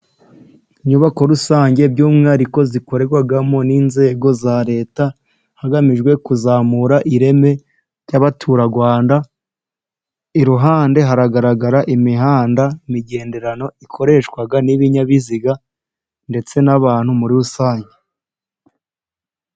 Inyubako rusange by'umwihariko zikorerwamo n'inzego za leta, hagamijwe kuzamura ireme ry'abaturarwanda, iruhande haragaragara imihanda migenderano ikoreshwa n'ibinyabiziga, ndetse n'abantu muri rusange.